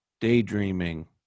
Daydreaming